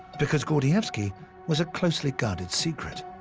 because gordievsky was a closely guarded secret.